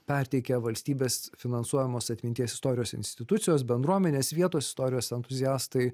perteikia valstybės finansuojamos atminties istorijos institucijos bendruomenės vietos istorijos entuziastai